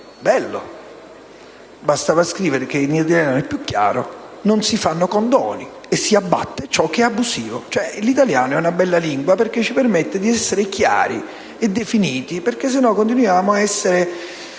Bello. Bastava scrivere - perché in italiano più chiaro - che non si fanno condoni e si abbatte ciò che è abusivo. L'italiano è una bella lingua perché ci permette di essere chiari e definiti, altrimenti continuiamo ad usare